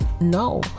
no